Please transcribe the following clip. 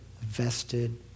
vested